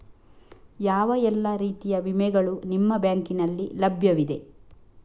ಯಾವ ಎಲ್ಲ ರೀತಿಯ ವಿಮೆಗಳು ನಿಮ್ಮ ಬ್ಯಾಂಕಿನಲ್ಲಿ ಲಭ್ಯವಿದೆ?